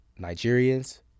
Nigerians